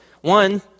one